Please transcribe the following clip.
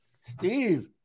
Steve